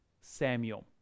Samuel